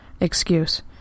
excuse